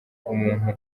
umuntu